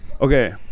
okay